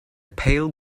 pale